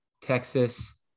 Texas